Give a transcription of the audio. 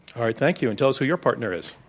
all right. thank you. and tell us who your partner is.